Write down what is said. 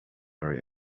very